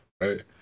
right